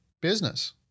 business